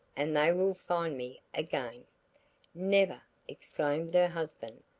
and they will find me again never! exclaimed her husband.